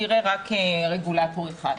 יראה רק רגולטור אחד,